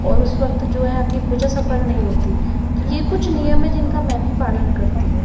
और उस वक़्त जो है आपकी पूजा सफल नहीं होती तो यह कुछ नियम हैं जिनका मैं भी पालन करती हूँ